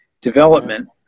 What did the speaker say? development